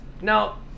Now